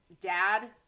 Dad